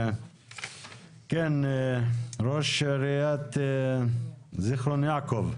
כן, ראש עיריית זכרון יעקב.